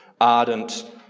ardent